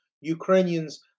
ukrainians